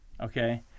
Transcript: okay